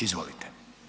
Izvolite.